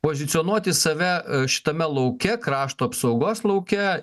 pozicionuoti save šitame lauke krašto apsaugos lauke